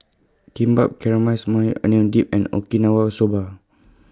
Kimbap Maui Onion Dip and Okinawa Soba